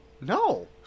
No